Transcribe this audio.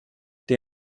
der